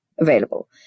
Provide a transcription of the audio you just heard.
available